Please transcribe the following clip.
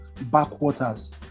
backwaters